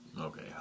Okay